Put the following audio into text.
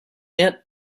yet